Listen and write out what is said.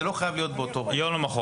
זה לא חייב להיות באותו רגע.